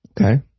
Okay